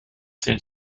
zehn